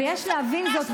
ויש להבין זאת,